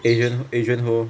adrian adrian ho